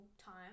time